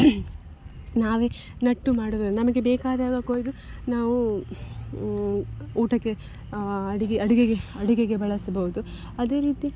ನಾವೇ ನೆಟ್ಟು ಮಾಡೋದ್ರಲ್ಲಿ ನಮಗೆ ಬೇಕಾದಾಗ ಕೊಯ್ದು ನಾವು ಊಟಕ್ಕೆ ಅಡುಗೆ ಅಡುಗೆಗೆ ಅಡುಗೆಗೆ ಬಳಸ್ಬೌದು ಅದೇ ರೀತಿ